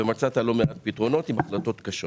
ומצאת לא מעט פתרונות עם החלטות קשות.